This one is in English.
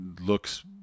looks